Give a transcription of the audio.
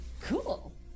cool